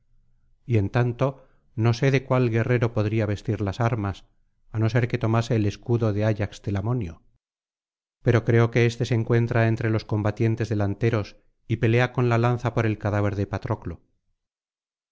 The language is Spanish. y en tanto no sé de cuál guerrero podría vestir las armas á no ser que tomase el escudo de ayax telamonio pero creo que éste se encuentra entre los combatientes delanteros y pelea con la lanza por el cadáver de patroclo